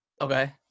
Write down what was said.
Okay